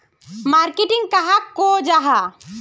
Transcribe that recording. Marketing कहाक को जाहा?